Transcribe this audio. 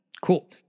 Cool